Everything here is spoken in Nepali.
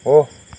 हो